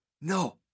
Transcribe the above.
no